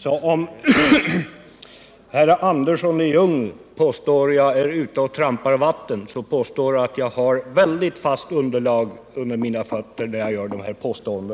Så om Arne Andersson i Ljung påstår att jag är ute och trampar vatten, vill jagi stället påstå att jag har mycket fast underlag under mina fötter när jag gör detta påstående.